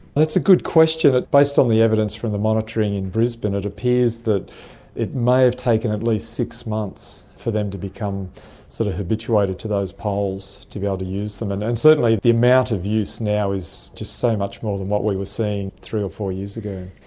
that's a good question. based on the evidence from the monitoring in brisbane, it appears that it may have taken at least six months for them to become sort of habituated to those poles to be able to use them. and and certainly the amount of use now is just so much more than what we were seeing three or four years ago.